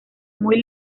muy